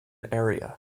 area